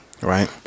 right